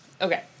Okay